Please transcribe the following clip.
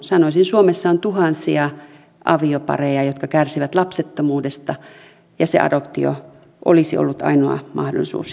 sanoisin suomessa on tuhansia aviopareja jotka kärsivät lapsettomuudesta ja se adoptio olisi ollut ainoa mahdollisuus heille